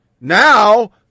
Now